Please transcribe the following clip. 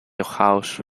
house